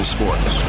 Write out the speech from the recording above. Sports